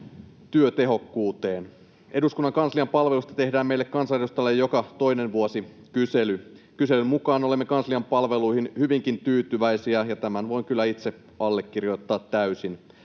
työtehokkuuteen. Eduskunnan kanslian palveluista tehdään meille kansanedustajille joka toinen vuosi kysely. Kyselyn mukaan olemme kanslian palveluihin hyvinkin tyytyväisiä, ja tämän voin kyllä itse allekirjoittaa täysin.